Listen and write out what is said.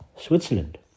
Switzerland